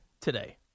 today